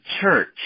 church